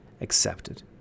accepted